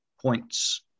points